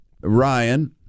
Ryan